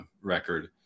record